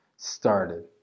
started